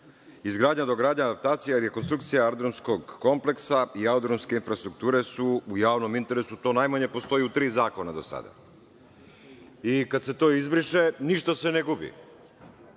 izgradnja, dogradnja, adaptacija i rekonstrukcija aerodromskog kompleksa i aerodromske infrastrukture su u javnom interesu, to najmanje postoji u tri zakona do sada. Kada se to izbriše, ništa se ne gubi.